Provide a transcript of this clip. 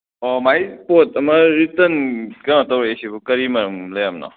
ꯑꯣ ꯃꯥꯒꯤ ꯄꯣꯠ ꯑꯃ ꯔꯤꯇꯔꯟ ꯀꯩꯅꯣ ꯇꯧꯔꯛꯏꯁꯤꯕꯨ ꯀꯔꯤ ꯃꯔꯝ ꯂꯩꯔꯕꯅꯣ ꯍꯥꯏꯗꯤ